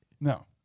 No